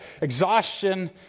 Exhaustion